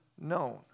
known